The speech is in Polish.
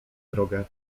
drogę